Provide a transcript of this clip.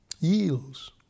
yields